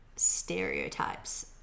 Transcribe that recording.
stereotypes